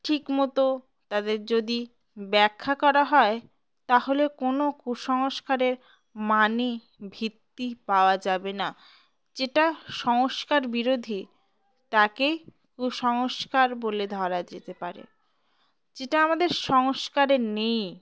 ঠিকমতো তাদের যদি ব্যাখ্যা করা হয় তাহলে কোনো কুসংস্কারের মানে ভিত্তি পাওয়া যাবে না যেটা সংস্কার বিরোধী তাকেই কুসংস্কার বলে ধরা যেতে পারে যেটা আমাদের সংস্কারে নেই